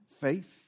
faith